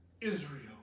Israel